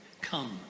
come